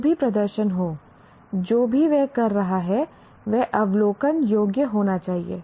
जो भी प्रदर्शन हो जो भी वह कर रहा है वह अवलोकन योग्य होना चाहिए